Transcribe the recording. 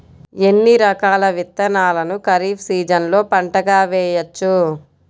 ఎన్ని రకాల విత్తనాలను ఖరీఫ్ సీజన్లో పంటగా వేయచ్చు?